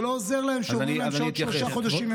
לא עוזר שאומרים להם שבעוד שלושה חודשים הם יקבלו את הכסף.